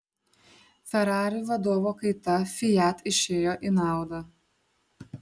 ferrari vadovo kaita fiat išėjo į naudą